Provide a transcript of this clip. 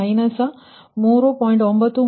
936 ಆದ್ದರಿಂದ 3